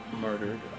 murdered